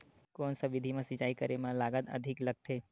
कोन सा विधि म सिंचाई करे म लागत अधिक लगथे?